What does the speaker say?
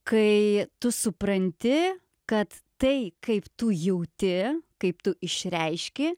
kai tu supranti kad tai kaip tu jauti kaip tu išreiški